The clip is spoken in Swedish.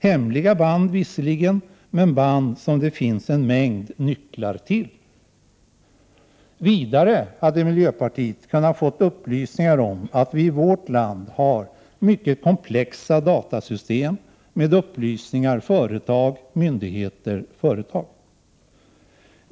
Det är visserligen hemliga band, men band som det finns en mängd nycklar till. Vidare hade miljöpartiet kunnat få uppgifter om att vi i vårt land har mycket komplexa datasystem med upplysningar om myndigheter och företag.